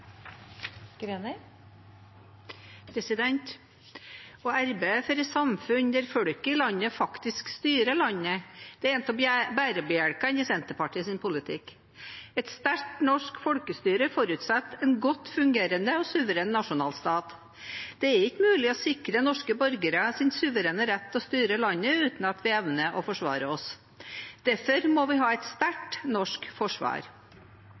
for et samfunn der folket i landet faktisk styrer landet, er en av bærebjelkene i Senterpartiets politikk. Et sterkt norsk folkestyre forutsetter en godt fungerende og suveren nasjonalstat. Det er ikke mulig å sikre norske borgeres suverene rett til å styre landet uten at vi evner å forsvare oss. Derfor må vi ha et sterkt norsk forsvar.